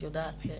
את יודעת.